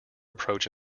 approach